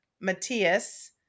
Matthias